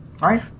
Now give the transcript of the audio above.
right